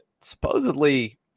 supposedly